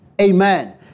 Amen